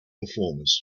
performers